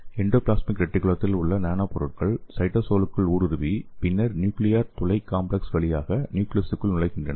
endoplasmic ரெட்டிகுலத்தில் உள்ள nano பொருட்கள் சைட்டோசோலுக்குள் ஊடுருவி பின்னர் நியூக்லியர் துளை காம்ப்ளக்ஸ் வழியாக நியூக்லிசுக்குள் நுழைகின்றன